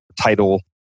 title